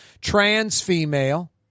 trans-female